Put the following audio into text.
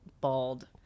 bald